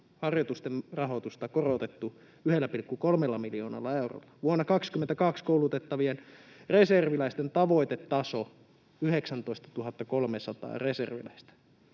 harjoitusten rahoitusta on korotettu 1,3 miljoonalla eurolla, vuonna 22 koulutettavien reserviläisten tavoitetaso on 19 300 reserviläistä.